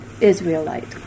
Israelite